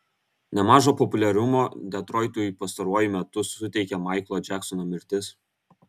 nemažo populiarumo detroitui pastaruoju metu suteikė maiklo džeksono mirtis